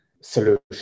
solution